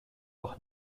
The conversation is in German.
auch